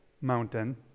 mountain